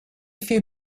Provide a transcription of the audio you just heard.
few